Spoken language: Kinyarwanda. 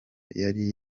yari